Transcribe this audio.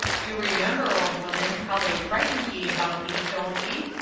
you remember, old woman, how they frighted ye about me, don't ye?